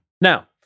now